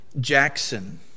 Jackson